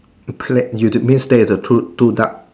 clad you did means that there are two two duck